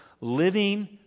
Living